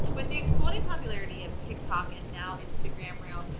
with the exploding popularity of tick talk, and now instagram reels.